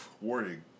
Warning